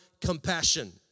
compassion